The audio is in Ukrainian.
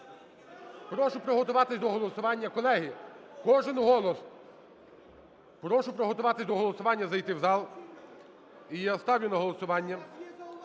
Прошу приготуватись до голосування. Колеги, кожен голос. Прошу приготуватись до голосування, зайти в зал. І я ставлю на голосування